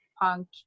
punk